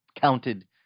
counted